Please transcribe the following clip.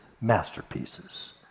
masterpieces